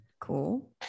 Cool